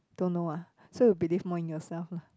don't know ah so you believe more in yourself lah